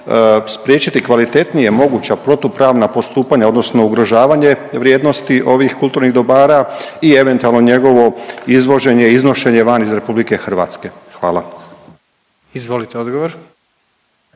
spriječiti kvalitetnije moguća protupravna postupanja odnosno ugrožavanje vrijednosti ovih kulturnih dobara i eventualno njegovo izvođenje, iznošenje van iz RH. Hvala. **Jandroković,